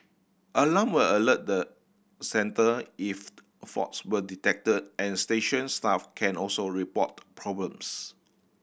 alarm will alert the centre if faults were detected and station staff can also report problems